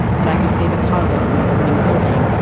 that i could save a toddler from a burning building,